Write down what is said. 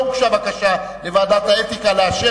לא הוגשה בקשה לוועדת האתיקה לאשר